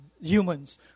humans